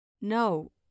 No